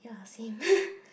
ya same